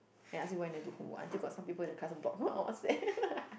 and ask you why never do homework until got some people in the class go block her on WhatsApp